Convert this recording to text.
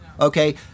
okay